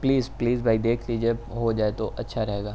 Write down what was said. please please بھائی دیکھ لیجیے ہو جائے تو اچھا رہے گا